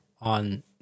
on